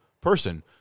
person